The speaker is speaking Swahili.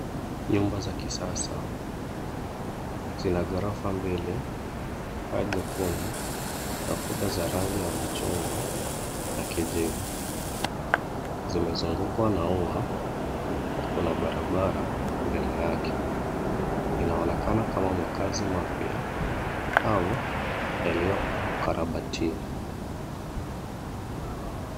Nyumba za kisasa zina ghorofa mbili, paa jekundu na kuta za rangi ya machungwa na kijivu. Zimezungukwa na ua na kuna barabara mbele yake. Inaonekana kama makazi mapya au yaliyokarabatiwa.